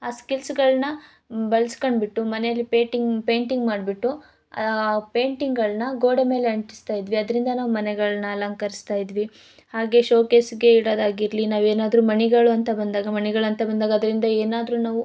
ಆ ಸ್ಕಿಲ್ಸ್ಗಳನ್ನ ಬಳಸ್ಕೊಂಡ್ ಬಿಟ್ಟು ಮನೇಲಿ ಪೇಟಿಂಗ್ ಪೇಯಿಂಟಿಂಗ್ ಮಾಡ್ಬಿಟ್ಟು ಪೇಯಿಂಟಿಂಗ್ಗಳನ್ನ ಗೋಡೆ ಮೇಲೆ ಅಂಟಿಸ್ತ ಇದ್ವಿ ಅದ್ರಿಂದ ನಾವು ಮನೆಗಳನ್ನ ಅಲಂಕರಿಸ್ತ ಇದ್ವಿ ಹಾಗೆ ಶೋಕೇಸ್ಗೆ ಇಡೋದಾಗಿರಲಿ ನಾವೇನಾದ್ರು ಮಣಿಗಳು ಅಂತ ಬಂದಾಗ ಮಣಿಗಳು ಅಂತ ಬಂದಾಗ ಅದ್ರಿಂದ ಏನಾದ್ರು ನಾವು